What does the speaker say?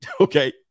Okay